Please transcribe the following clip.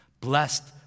Blessed